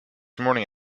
morning